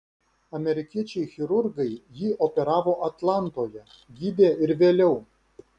amerikiečiai chirurgai jį operavo atlantoje gydė ir vėliau